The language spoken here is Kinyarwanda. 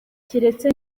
keretse